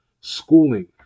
schooling